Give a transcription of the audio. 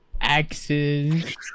Axes